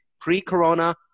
pre-corona